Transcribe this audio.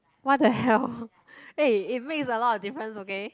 what the hell eh it makes a lot of difference okay